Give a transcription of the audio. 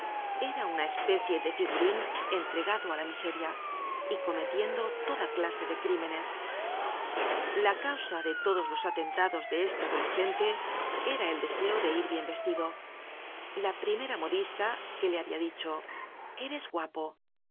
era una especie de figurin entregado á la miseria y cometiendo toda clase de crímenes la causa de todos los atentados de este adolescente era el deseo de ir bien vestido la primera modista que le habia dicho eres guapo